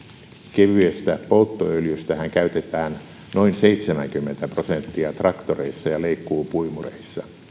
kevyestä polttoöljystähän käytetään noin seitsemänkymmentä prosenttia traktoreissa ja leikkuupuimureissa